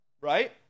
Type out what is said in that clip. right